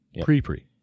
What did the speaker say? Pre-pre